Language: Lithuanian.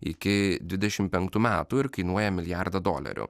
iki dvidešimt penktų metų ir kainuoja milijardą dolerių